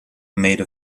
made